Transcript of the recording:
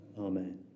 Amen